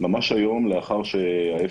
חבר הכנסת צביקה האוזר,